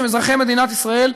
שהם אזרחי מדינת ישראל,